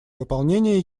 выполнение